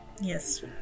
Yes